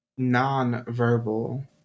nonverbal